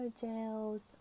gels